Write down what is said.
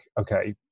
okay